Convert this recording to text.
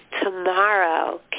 Tomorrow